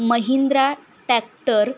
Mahindra tractor